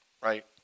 right